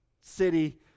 city